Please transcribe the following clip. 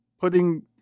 putting